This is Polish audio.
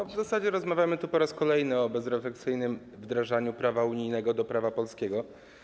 W zasadzie rozmawiamy tu po raz kolejny o bezrefleksyjnym wdrażaniu prawa unijnego do prawa polskiego.